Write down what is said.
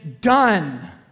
done